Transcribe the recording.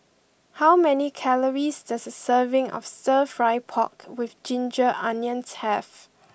how many calories does a serving of stir fry pork with ginger onions have